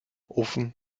ofen